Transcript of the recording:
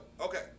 okay